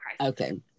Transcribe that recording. Okay